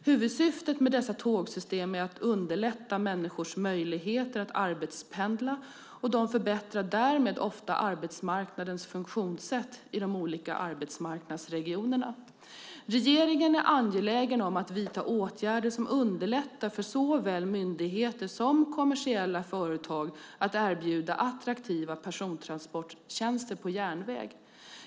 Huvudsyftet med dessa tågsystem är att underlätta människors möjligheter att arbetspendla, och de förbättrar därmed ofta arbetsmarknadens funktionssätt i de olika arbetsmarknadsregionerna. Regeringen är angelägen om att vidta åtgärder som underlättar för såväl myndigheter som kommersiella företag att erbjuda attraktiva persontransporttjänster på järnväg.